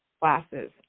classes